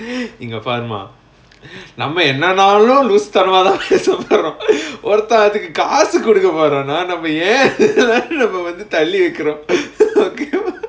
இங்க பாருமா நம்ம என்னதாலும்:inga paarumaa namma ennathalum loose தனமா தான் பேசபோரோ ஒருத்தன் அதுக்கு காசு குடுக்க போரானா நம்ம ஏன்:thanamaa thaan pesaporo oruthan athukku kaasu kuduka poraanaa namma yaen நம்ம வந்து தள்ளி வைக்குறோ:namma vanthu thalli vaikkuro ok வா:vaa